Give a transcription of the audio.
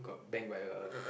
got bang by a